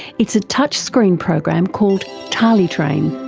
it's a touchscreen program called tali train.